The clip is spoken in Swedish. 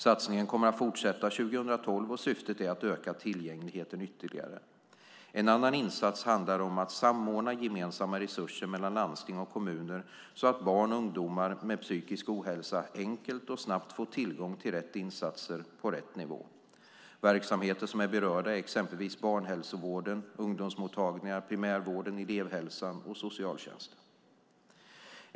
Satsningen kommer att fortsätta 2012, och syftet är att öka tillgängligheten ytterligare. En annan insats handlar om att samordna gemensamma resurser mellan landsting och kommuner så att barn och ungdomar med psykisk ohälsa enkelt och snabbt får tillgång till rätt insatser på rätt nivå. Verksamheter som är berörda är exempelvis barnhälsovården, ungdomsmottagningar, primärvården, elevhälsan och socialtjänsten.